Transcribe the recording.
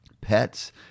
pets